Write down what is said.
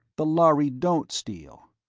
the lhari don't steal.